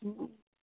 हुँ